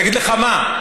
אני אגיד לך מה,